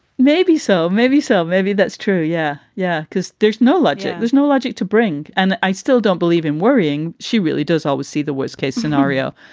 maybe so. maybe so. maybe that's true. yeah. yeah. because there's no logic. there's no logic to bring. and i still don't believe in worrying. she really does always see the worst case. scenario.